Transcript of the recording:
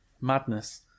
Madness